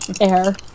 air